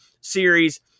series